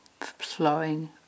flowing